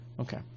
Okay